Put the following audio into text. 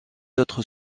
autres